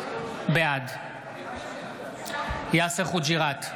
בעד יאסר חוג'יראת,